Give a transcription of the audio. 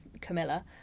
Camilla